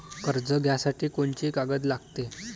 कर्ज घ्यासाठी कोनची कागद लागते?